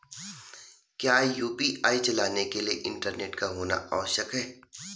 क्या यु.पी.आई चलाने के लिए इंटरनेट का होना आवश्यक है?